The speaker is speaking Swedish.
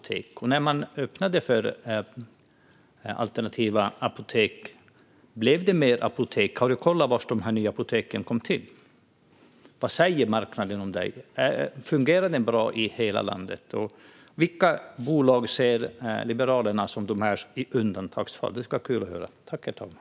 Blev det fler apotek när man öppnade för alternativa apotek? Har du kollat var de nya apoteken kom till? Vad säger marknaden om detta? Fungerar den bra i hela landet? Vilka bolag ser Liberalerna som undantagsfall? Det skulle vara kul att höra.